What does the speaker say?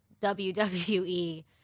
WWE